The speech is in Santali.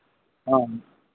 ᱦᱮᱸ